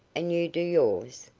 and you do yours?